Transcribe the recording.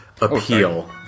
appeal